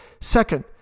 Second